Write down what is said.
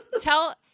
Tell